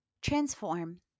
transform